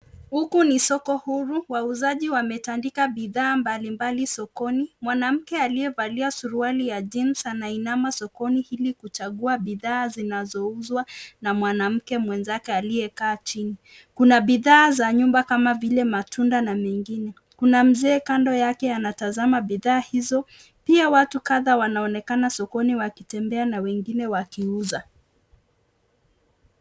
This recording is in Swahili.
Huku ni soko huru, wauzaji wametandika bidhaa mbalimbali sokoni. Mwanamke aliyevalia suruali ya jeans ameinama sokoni ili kuchagua bidhaa zinazouzwa na mwanamke mwenzake aliyekaa chini. Kuna bidhaa za nyumba kama vile matunda na mengine. Kuna mzee kando yake anatazama bidhaa hizo. Pia watu kadhaa wanaonekana sokoni wakitembea na wengine wakiuza.